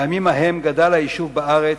בימים ההם גדל היישוב בארץ,